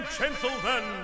gentlemen